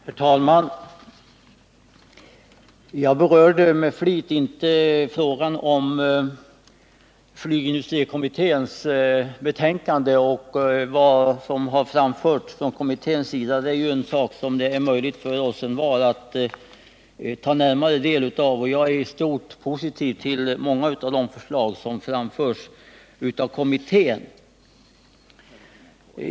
Herr talman! Jag berörde med flit inte frågan om flygindustrikommitténs betänkande och vad kommittén framfört. Detta är något som är möjligt för oss envar att ta närmare del av. Jag är i stort positiv till många av de förslag som framförts av kommittén.